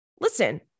Listen